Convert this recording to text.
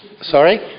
Sorry